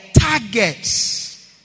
targets